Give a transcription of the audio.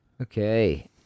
Okay